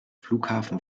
flughafen